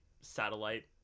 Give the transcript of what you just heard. satellite